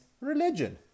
religion